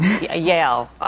Yale